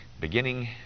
beginning